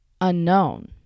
unknown